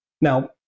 Now